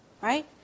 Right